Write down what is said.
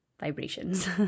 vibrations